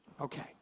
Okay